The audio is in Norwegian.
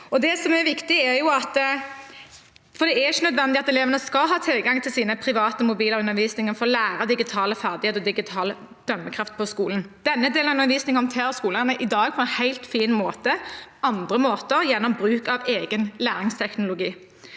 at det ikke er nødvendig at elevene har tilgang til sine private mobiler i undervisningen for å lære digitale ferdigheter og digital dømmekraft på skolen. Denne delen av undervisningen håndterer skolene i dag på en helt fin måte – andre måter er gjennom bruk av egen læringsteknologi.